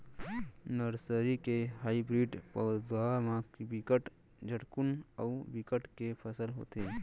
nursery के hybrid पउधा म बिकट झटकुन अउ बिकट के फसल होथे